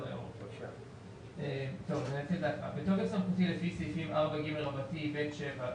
בתוקף סמכותי לפי סעיפים 4ג(ב)(7),